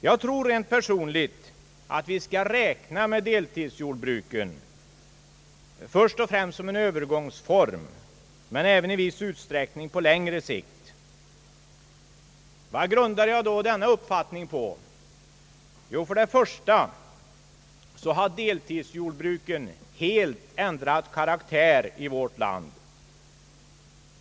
Jag tror rent personligt att vi skall räkna med deltidsjordbruken först och främst som en övergångsform men även i viss utsträckning på längre sikt. Vad grundar jag då denna uppfattning på? För det första har deltidsjordbruken i vårt land helt ändrat karaktär.